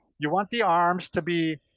you want the arms to be,